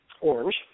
orange